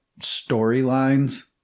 storylines